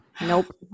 nope